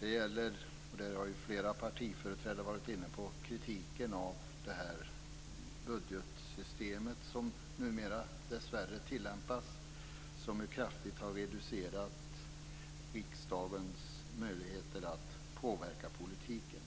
Det gäller - och det har flera partiföreträdare varit inne på - kritiken av budgetsystemet som numera dessvärre tillämpas och som kraftigt har reducerat riksdagens möjligheter att påverka politiken.